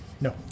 No